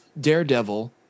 Daredevil